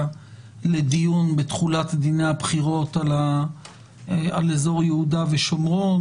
לדיון בתחולת דיני הבחירות על אזור יהודה ושומרון,